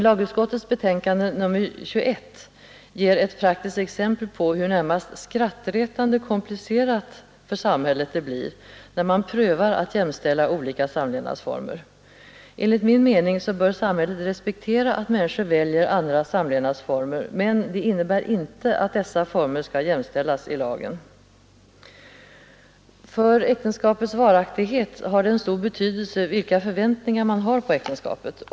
Lagutskottets betänkande nr 21 ger ett praktiskt exempel på hur närmast skrattretande komplicerat för samhället det blir när man prövar att jämställa olika samlevnadsformer. Enligt min mening bör samhället respektera att människor väljer andra samlevnadsformer. Det innebär dock inte att dessa former skall jämställas i lagen. För äktenskapets varaktighet har det stor betydelse vilka förväntningar man har på äktenskapet.